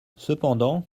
cependant